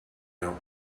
out